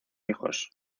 hijos